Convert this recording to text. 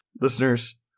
listeners